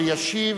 ומשפט,